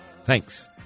Thanks